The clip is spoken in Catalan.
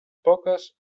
poques